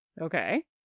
okay